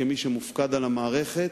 כמי שמופקד על המערכת,